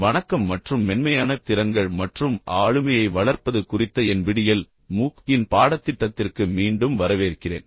வணக்கம் மற்றும் மென்மையான திறன்கள் மற்றும் ஆளுமையை வளர்ப்பது குறித்த NPTEL MOOC இன் பாடத்திட்டத்திற்கு மீண்டும் வரவேற்கிறேன்